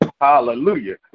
Hallelujah